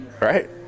Right